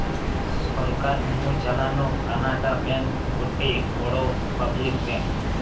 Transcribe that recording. সরকার নু চালানো কানাড়া ব্যাঙ্ক গটে বড় পাবলিক ব্যাঙ্ক